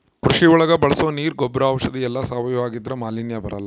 ಕೃಷಿ ಒಳಗ ಬಳಸೋ ನೀರ್ ಗೊಬ್ರ ಔಷಧಿ ಎಲ್ಲ ಸಾವಯವ ಆಗಿದ್ರೆ ಮಾಲಿನ್ಯ ಬರಲ್ಲ